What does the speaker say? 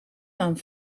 aan